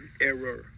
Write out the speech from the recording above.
error